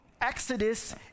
exodus